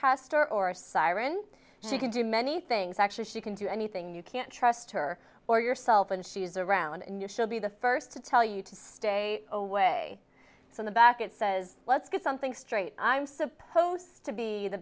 star or siren she could do many things actually she can do anything you can't trust her or yourself and she's around and you should be the first to tell you to stay away from the back it says let's get something straight i'm supposed to be the